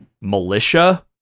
militia